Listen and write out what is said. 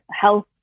health